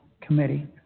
committee